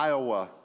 Iowa